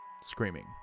screaming